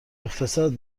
اقتصاد